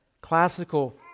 classical